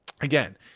again